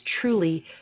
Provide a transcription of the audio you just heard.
truly